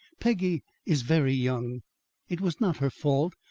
peggy is very young it was not her fault.